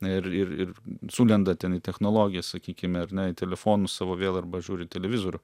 ir ir ir sulenda ten į technologijas sakykime ar ne į telefonus savo vėl arba žiūri televizorių